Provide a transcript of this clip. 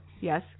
Yes